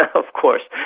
of course.